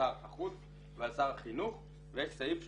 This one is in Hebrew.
שר החוץ ועל השר החינוך ויש סעיף שאומר,